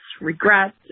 regret